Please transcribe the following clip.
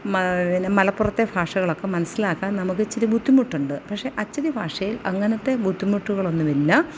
മാ പിന്നെ മലപ്പുറത്തെ ഭാഷകളൊക്കെ മനസ്സിലാക്കാൻ നമുക്ക് ഇച്ചിരി ബുദ്ധിമുട്ടുണ്ട് പക്ഷെ അച്ചടി ഭാഷയിൽ അങ്ങനത്തെ ബുദ്ധിമുട്ടുകളൊന്നും ഇല്ല